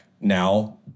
now